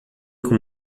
com